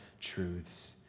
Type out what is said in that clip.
truths